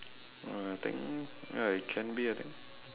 uh I think ya it can be I think